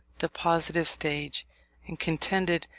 the positive stage and contended,